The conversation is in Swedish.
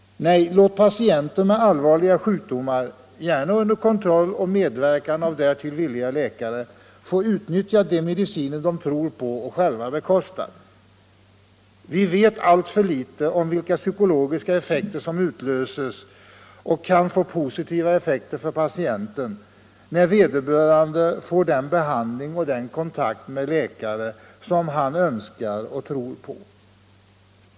Nej, låt patienter med allvarliga sjukdomar — gärna under kontroll och medverkan av därtill villiga läkare — få utnyttja de mediciner som de tror på och själva bekostar. Vi vet alltför litet om vilka psykologiska effekter som. utlöses och kan ha positiva följder för patienten när vederbörande får den behandling och den kontakt med läkare som han önskar och tror på.